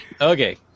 Okay